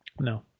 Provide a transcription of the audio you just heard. No